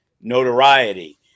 notoriety